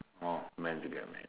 horh men to get mad